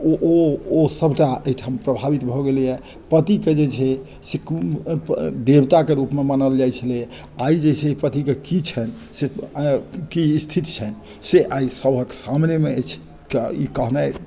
ओ सभटा एहिठाम प्रभावित भऽ गेलैया पतिकेँ जे छै देवताकेँ रूपमे मानल जाइत छलैया आइ जे छै पतिकेँ स्थिति छनि से आइ सभक सामनेमे अछि ई कहनाइ